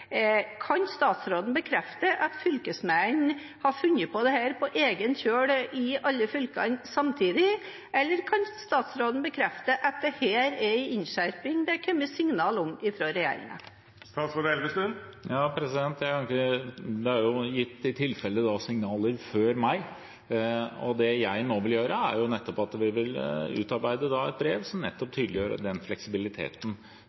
Kan statsråden bekrefte at fylkesmennene har funnet på dette på egen kjøl – i alle fylkene samtidig – eller kan statsråden bekrefte at dette er en innskjerping det er kommet signal om fra regjeringen? Det er i tilfelle gitt signaler før meg. Det jeg nå vil gjøre, er å utarbeide et brev som nettopp